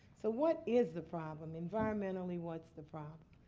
so what is the problem? environmentally, what's the problem?